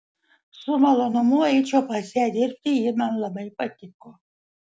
su malonumu eičiau pas ją dirbti ji man labai patiko